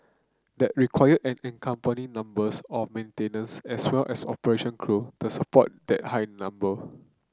that require an accompanying numbers of maintenance as well as operation crew to support that higher number